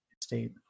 State